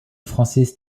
francis